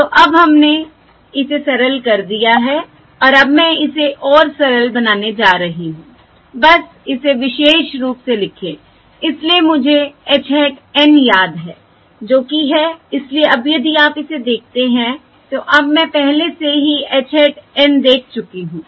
तो अब हमने इसे सरल कर दिया है और अब मैं इसे और सरल बनाने जा रही हूं बस इसे विशेष रूप से लिखें इसलिए मुझे h hat N याद है जो कि है इसलिए अब यदि आप इसे देखते हैं तो अब मैं पहले से ही h hat N देख चुकी हूं